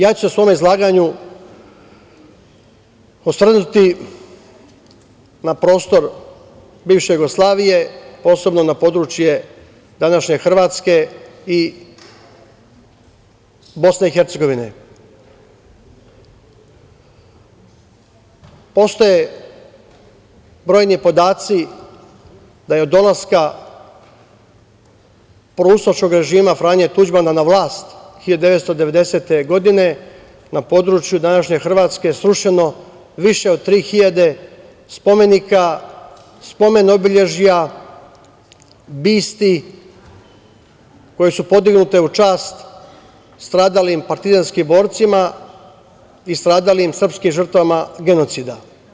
Ja ću se u svom izlaganju osvrnuti na prostor bivše Jugoslavije, posebno na područje današnje Hrvatske i BiH, postoje brojni podaci da je od dolaska proustaškog režima Franje Tuđmana na vlast 1990. godine na području današnje Hrvatske srušeno više od 3.000 spomenika, spomen obeležja, bisti koje su podignute u čast stradalim partizanskim borcima i stradalim srpskim žrtvama genocida.